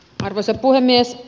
arvoisa puhemies